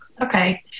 Okay